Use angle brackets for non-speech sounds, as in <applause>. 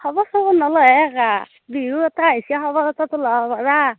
খবৰ চবৰ নলৱে <unintelligible> বিহু এটা আহিছে খবৰ এটাটো ল'ব পাৰা